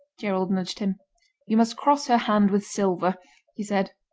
gerald nudged him you must cross her hand with silver he said.